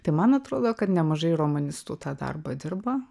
tai man atrodo kad nemažai romanistų tą darbą dirba